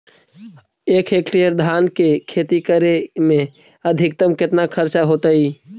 एक हेक्टेयर धान के खेती करे में अधिकतम केतना खर्चा होतइ?